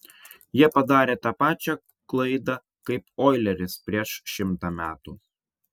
jie padarė tą pačią klaidą kaip oileris prieš šimtą metų